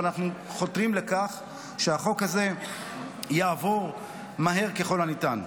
אבל אנחנו חותרים לכך שהחוק הזה יעבור מהר ככל הניתן.